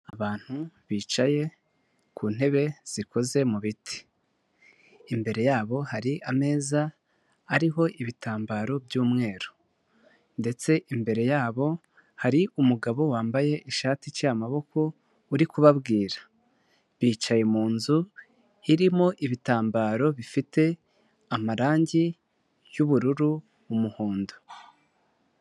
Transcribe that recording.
Abantu bicaye ku ntebe zikoze mu biti. Imbere yabo hari ameza ariho ibitambaro by'umweru ndetse imbere yabo, hari umugabo wambaye ishati iciye amaboko uri kubabwira. Bicaye mu nzu irimo ibitambaro bifite amarangi y'ubururu, umuhondo.